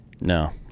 No